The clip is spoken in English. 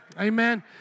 Amen